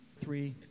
Three